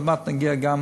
עוד מעט נגיע גם